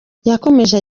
yakomeje